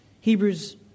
Hebrews